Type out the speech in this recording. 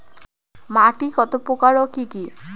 মাটি কত প্রকার ও কি কি?